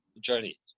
journey